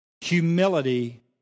humility